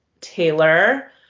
Taylor